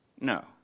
No